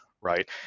right